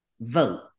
vote